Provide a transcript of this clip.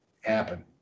happen